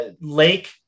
Lake